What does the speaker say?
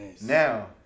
now